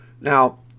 Now